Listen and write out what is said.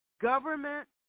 government